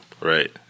Right